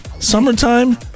Summertime